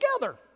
together